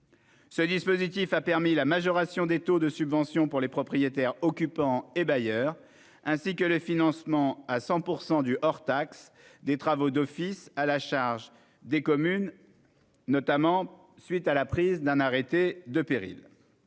Il a permis la majoration des taux de subvention pour les propriétaires occupants et bailleurs, ainsi que le financement à 100 % hors taxes des travaux d'office à la charge des communes, notamment à la suite de la prise d'arrêtés de péril.